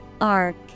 arc